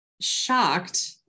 shocked